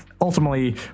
ultimately